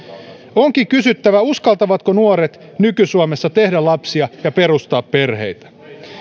onkin kysyttävä uskaltavatko nuoret nyky suomessa tehdä lapsia ja perustaa perhettä